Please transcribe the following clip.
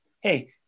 hey